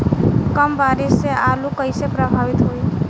कम बारिस से आलू कइसे प्रभावित होयी?